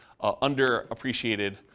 underappreciated